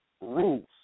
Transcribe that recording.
rules